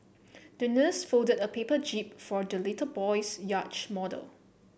the nurse folded a paper jib for the little boy's yacht model